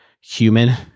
human